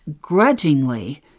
grudgingly